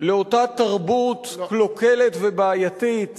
לאותה תרבות קלוקלת ובעייתית